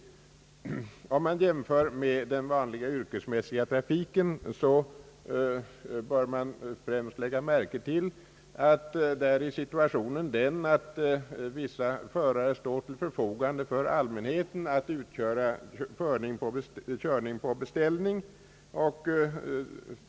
trafikutbildningen, m.m. man jämför med den vanliga yrkesmässiga trafiken bör man främst lägga märke till att där är situationen den att vissa förare står till förfogande för allmänheten att utföra körning på be ställning.